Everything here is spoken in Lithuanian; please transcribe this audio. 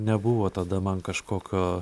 nebuvo tada man kažkokio